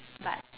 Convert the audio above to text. but